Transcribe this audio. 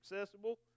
accessible